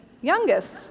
youngest